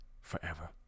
forever